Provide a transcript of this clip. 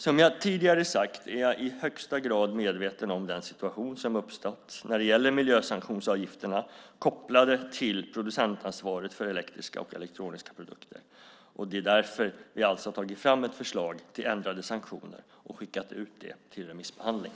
Som jag tidigare sagt är jag i högsta grad medveten om den situation som uppstått när det gäller miljösanktionsavgifterna kopplade till producentansvaret för elektriska och elektroniska produkter. Det är därför vi har tagit fram ett förslag till ändrade sanktioner och skickat ut det till remissbehandling.